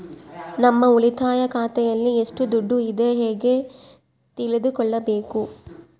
ನಮ್ಮ ಉಳಿತಾಯ ಖಾತೆಯಲ್ಲಿ ಎಷ್ಟು ದುಡ್ಡು ಇದೆ ಹೇಗೆ ತಿಳಿದುಕೊಳ್ಳಬೇಕು?